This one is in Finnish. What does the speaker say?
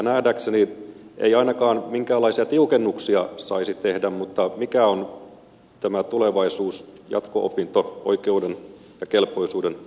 nähdäkseni ei ainakaan minkäänlaisia tiukennuksia saisi tehdä mutta mikä on tämä tulevaisuus jatko opinto oikeuden ja kelpoisuuden osalta